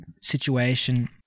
situation